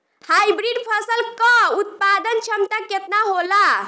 Hybrid फसल क उत्पादन क्षमता केतना होला?